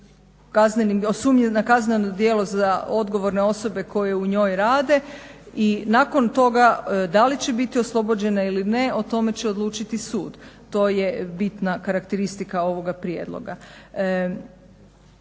o sumnji na kazneno djelo za odgovorne osobe koje u njoj rade i nakon toga da li će biti oslobođena ili ne o tome će odlučiti sud. To je bitna karakteristika ovoga prijedloga.